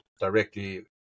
directly